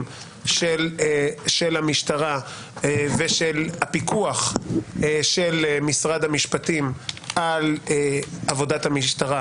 של המשטרה ושל הפיקוח של משרד המשפטים על עבודת המשטרה.